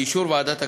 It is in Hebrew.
באישור ועדת הכלכלה.